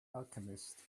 alchemist